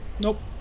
Nope